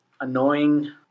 Annoying